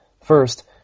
First